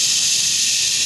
ששש.